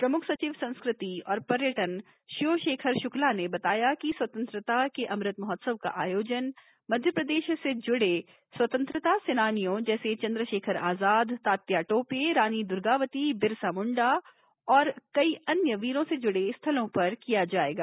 प्रमुख सचिव संस्कृति और पर्यटन श्यो शेखर शुक्ला ने बताया कि स्वतंत्रता के अमृत महोत्सव का आयोजन मप्र से जुड़े स्वतंत्रता सेनानियों जैसे चंद्रशेखर आजाद तात्या टोपे रानी द्वर्गावती बिरसा मुंडा और कई अन्य वीरों से जुड़े स्थलों पर किया जायेगा